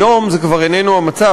היום זה כבר איננו המצב.